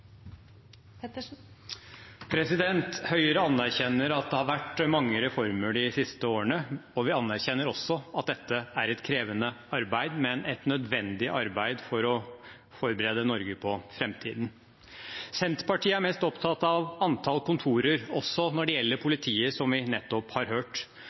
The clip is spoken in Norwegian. anerkjenner at det har vært mange reformer de siste årene, og vi anerkjenner også at dette er et krevende arbeid, men et nødvendig arbeid for å forberede Norge på framtiden. Senterpartiet er mest opptatt av antall kontorer, også når det gjelder politiet, som vi nettopp har